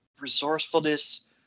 resourcefulness